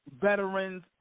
veterans